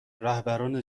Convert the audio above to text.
رهبران